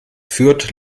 fürth